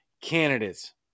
candidates